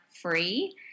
free